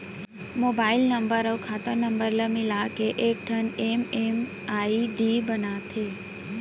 mobile number अउ खाता number ल मिलाके एकठन एम.एम.आई.डी बनाथे